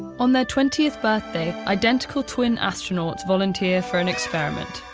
on their twentieth birthday, identical twin astronauts volunteer for an experiment.